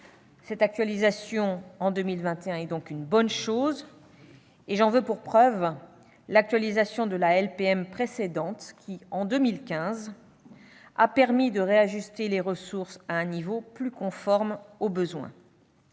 Cette actualisation en 2021 est donc une bonne chose. J'en veux pour preuve l'actualisation de la LPM précédente, qui a permis, en 2015, de réajuster les ressources à un niveau plus conforme aux besoins.